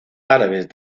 árabes